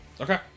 okay